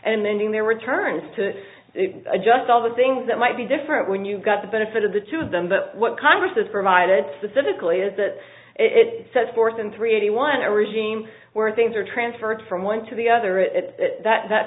and then doing their returns to adjust all the things that might be different when you've got the benefit of the two of them but what congress has provided specifically is that it sets forth in three eighty one a regime where things are transferred from one to the other that